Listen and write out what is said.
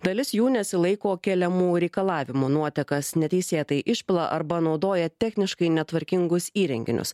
dalis jų nesilaiko keliamų reikalavimų nuotekas neteisėtai išpila arba naudoja techniškai netvarkingus įrenginius